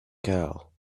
girl